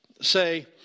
say